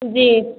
जी